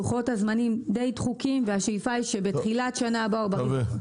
לוחות הזמנים די דחוקים והשאיפה היא שבתחילת שנה הבאה זה יהיה.